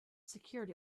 secured